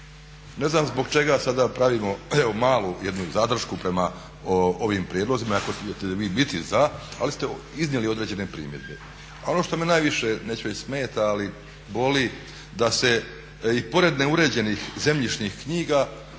Ne znam sada pravimo malu zadršku prema ovim prijedlozima iako ćete vi biti za, ali ste iznijeli određene primjedbe. A ono što me najviše, neću reći smeta ali boli, da se i pored neuređenih zemljišnih knjiga